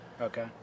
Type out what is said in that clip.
Okay